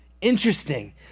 Interesting